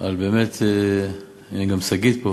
על באמת, גם שגית פה.